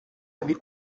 avait